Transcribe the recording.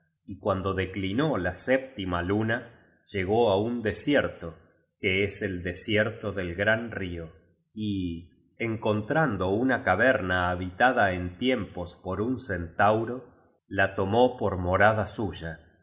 y cuando declinó la séptima luna llegó á un desierto que es el desierto del gran río y encontrando una caverna habitada en tiempos por un cen tauro la tomó por morada suya